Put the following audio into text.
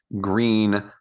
green